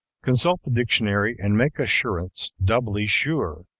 consult the dictionary and make assurance doubly sure.